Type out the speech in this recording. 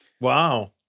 Wow